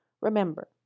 remember